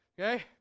Okay